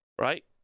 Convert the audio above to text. right